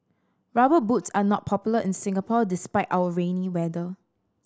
Rubber Boots are not popular in Singapore despite our rainy weather